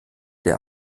der